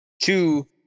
Two